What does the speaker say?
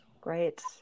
great